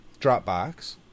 Dropbox